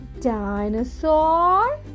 dinosaur